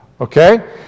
okay